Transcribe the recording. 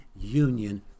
union